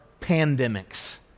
pandemics